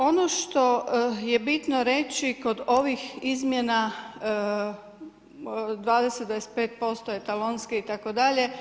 Ono što je bitno reći kod ovih izmjena 20, 25% etalonski itd.